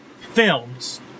films